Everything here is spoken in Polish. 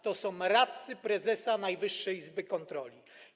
To są radcy prezesa Najwyższej Izby Kontroli.